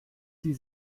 sie